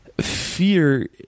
fear